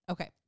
Okay